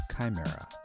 Chimera